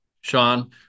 Sean